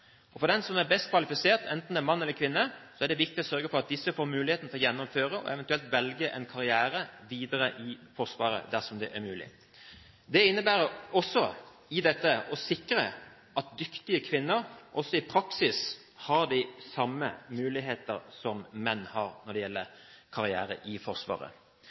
For den som er best kvalifisert – enten det er mann eller kvinne – er det viktig å sørge for at disse får muligheten til å gjennomføre og eventuelt velge en karriere videre i Forsvaret, dersom det er mulig. Det innebærer også å sikre at dyktige kvinner også i praksis har de samme muligheter som menn når det gjelder karriere i Forsvaret.